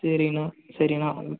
சரிங்கண்ணா சரிங்கண்ணா